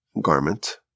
garment